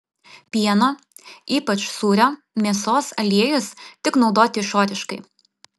pieno ypač sūrio mėsos aliejus tik naudoti išoriškai